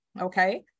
Okay